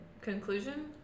conclusion